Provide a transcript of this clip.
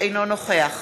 אינו נוכח